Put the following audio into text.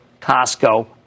Costco